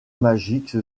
magic